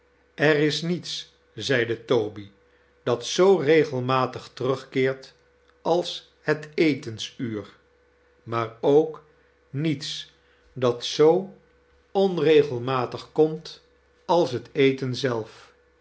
er is niets zei toby dat zoo regelmatig terugkeert als het eterisuivr maar ook niets dat zoo onregelmatig komt als het etein zelf